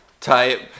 type